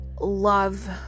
love